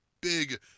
big